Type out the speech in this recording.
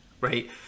right